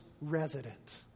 resident